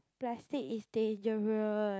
plastic is dangerous